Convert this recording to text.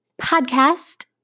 podcast